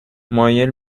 مایل